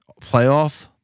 playoff